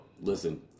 listen